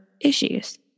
issues